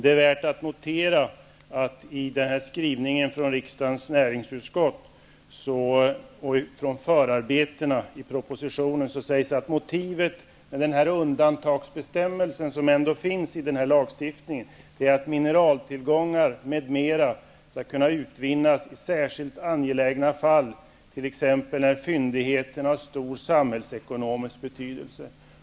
Det är värt att notera att i skrivningen från riksdagens näringsutskott och i förarbetena till propositionen sägs det, att motivet till undantagsbestämmelsen som finns i lagen är att mineraltillgångar m.m. skall kunna utvinnas i särskilt angelägna fall, t.ex. när fyndigheten har stor samhällsekonomisk betydelse.